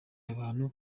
abantu